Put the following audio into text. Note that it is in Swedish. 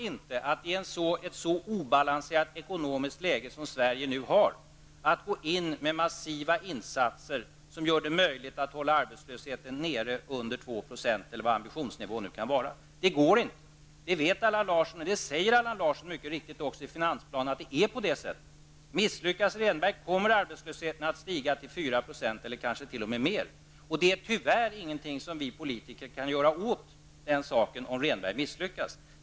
I ett så obalanserat ekonomiskt läge som Sverige nu befinner sig i går det inte att göra massiva insatser som gör det möjligt att hålla arbetslösheten nere -- under 2 %, eller vilken ambitionsnivå det nu kan vara fråga om. Det går inte, och det vet Allan Larsson. Allan Larsson säger mycket riktigt i finansplanen att det förhåller sig på det sättet. Om Rehnberg misslyckas kommer arbetslösheten att stiga till 4 %, och kanske t.o.m. mera. Om Rehnberg misslyckas kan vi politiker, tyvärr, inte göra någonting åt den saken.